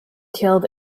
killed